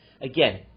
Again